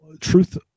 truth